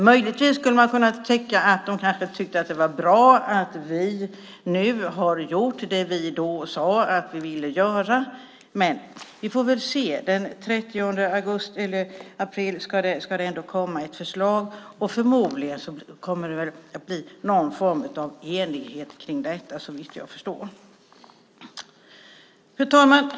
Möjligtvis skulle man kunna tro att de kanske tycker att det är bra att vi nu har gjort det vi då sade att vi ville göra. Men vi får väl se. Den 30 april ska det ändå komma ett förslag. Förmodligen kommer det väl att bli någon form av enighet kring detta, såvitt jag förstår. Fru talman!